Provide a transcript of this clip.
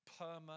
Perma